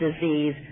disease